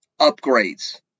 upgrades